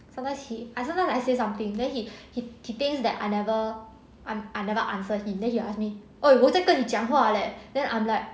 sometimes he I sometimes like I say something then he he thinks things that I never I never answer he then you ask me !oi! 我在跟你讲话 leh then I'm like